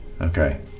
Okay